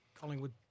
Collingwood